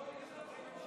ג'ובים של ממשלה.